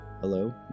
hello